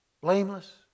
Blameless